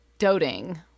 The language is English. doting